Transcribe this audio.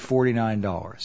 forty nine dollars